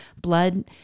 Blood